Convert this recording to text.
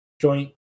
joint